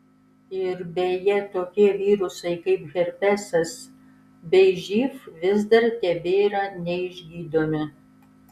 ir beje tokie virusai kaip herpesas bei živ vis dar tebėra neišgydomi